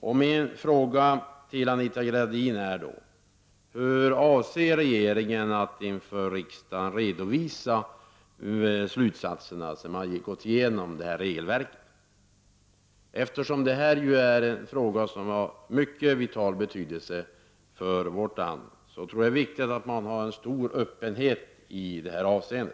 Jag har följande fråga till Anita Gradin. Hur avser regeringen att inför riksdagen redovisa slutsatserna sedan man gått igenom regelverket? Eftersom detta är en fråga som är av mycket vital betydelse för vårt land, tror jag att det är viktigt att man har en stor öppenhet i detta avseende.